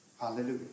Hallelujah